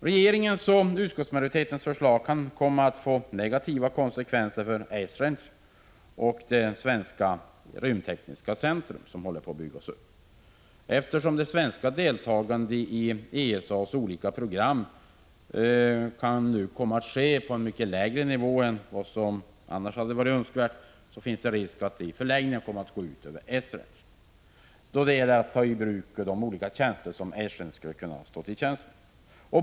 Regeringens och utskottsmajoritetens förslag kan komma att få negativa konsekvenser för Esrange och det svenska rymdtekniska centrum som håller på att byggas upp. Eftersom det svenska deltagandet i ESA:s olika program kan komma att ske på en mycket lägre nivå än önskvärt, finns det en risk att detta i förlängningen går ut över Esrange, då det gäller att ta de olika tjänster i bruk som Esrange skulle kunna erbjuda.